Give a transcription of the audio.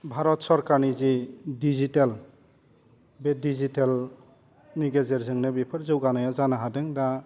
भारत सरकारनि जे दिजिटेल बे दिजिटेलनि गेजेरजोंनो बेफोर जौगानाया जानो हादों दा